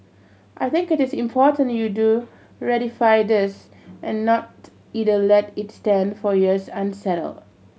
I think it is important you do ratify this and not either let it stand for years unsettled